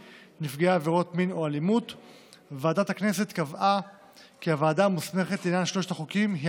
3. חוק סיוע לקטינים נפגעי עבירות מין או אלימות,